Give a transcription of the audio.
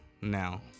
now